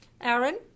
Aaron